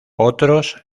otros